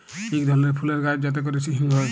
ইক ধরলের ফুলের গাহাচ যাতে ক্যরে হিং হ্যয়